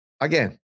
Again